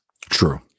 true